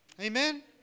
Amen